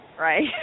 right